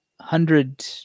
hundred